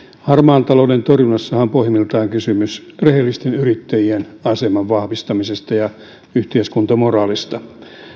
harmaan talouden torjunnassahan on pohjimmiltaan kysymys rehellisten yrittäjien aseman vahvistamisesta ja yhteiskuntamoraalista